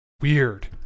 Weird